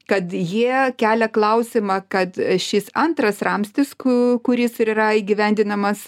kad jie kelia klausimą kad šis antras ramstis ku kuris ir yra įgyvendinamas